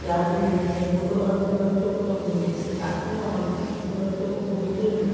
कि आप हिंदी में बोलो और अपने बच्चों को तो हम हिंदी सिखाते हैं और हम अपने बच्चों को बोलते भी हैं